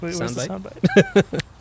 soundbite